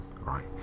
right